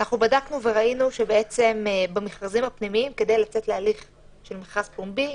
כדי לצאת להליך של מכרז פומבי,